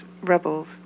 rebels